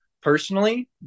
personally